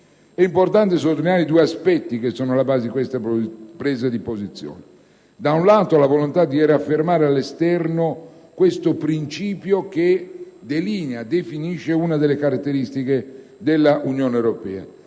È importante sottolineare i due aspetti alla base di questa presa di posizione: da un lato, la volontà di riaffermare all'esterno questo principio, che delinea e definisce una delle caratteristiche dell'Unione europea;